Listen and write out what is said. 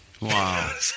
Wow